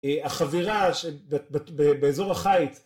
החברה שבאזור החיץ